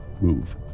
move